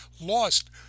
lost